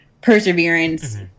perseverance